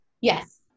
Yes